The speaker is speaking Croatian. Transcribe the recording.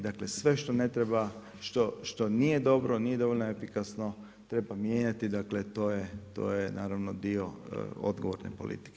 Dakle, sve što ne treba, što nije dobro, nije dovoljno efikasno, treba mijenjati dakle to je naravno dio odgovorne politike.